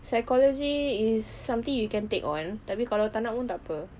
psychology is something you can take on tapi kalau tak nak pun tak apa